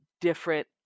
different